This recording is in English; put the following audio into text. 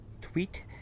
tweet